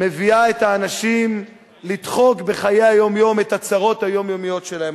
מביאים את האנשים לדחוק בחיי היום-יום את הצרות היומיומיות שלהם.